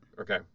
okay